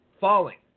falling